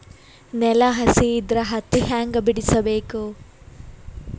ನೆಲ ಹಸಿ ಇದ್ರ ಹತ್ತಿ ಹ್ಯಾಂಗ ಬಿಡಿಸಬೇಕು?